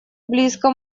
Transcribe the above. близко